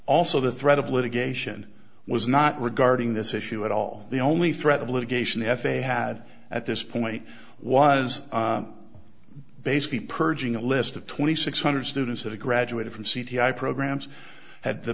also the threat of litigation was not regarding this issue at all the only threat of litigation the f a a had at this point was basically purging a list of twenty six hundred students that are graduated from c g i programs had the